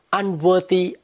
unworthy